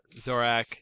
Zorak